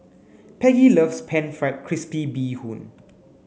Peggy loves pan fried crispy Bee Hoon